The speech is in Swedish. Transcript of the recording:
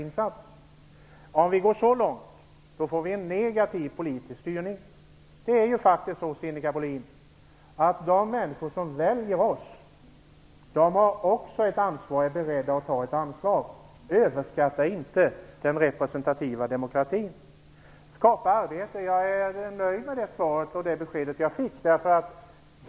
Om vi går så långt, får vi en negativ politisk styrning. Det är faktiskt så, Sinikka Bohlin, att de människor som väljer oss också är beredda att ta ett ansvar. Överskatta inte den representativa demokratin! Så till frågan om att skapa arbete. Jag är nöjd med det svaret och det beskedet jag fick.